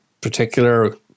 particular